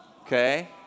Okay